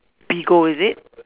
Bigo is it